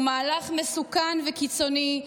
הוא מהלך מסוכן וקיצוני,